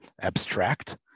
abstract